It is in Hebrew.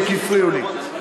כי הם יודעים שאני יודע.